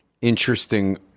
interesting